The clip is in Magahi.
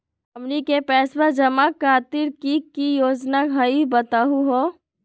हमनी के पैसवा जमा खातीर की की योजना हई बतहु हो?